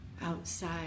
outside